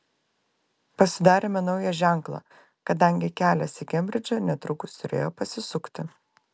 pasidarėme naują ženklą kadangi kelias į kembridžą netrukus turėjo pasisukti